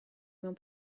mewn